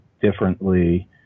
differently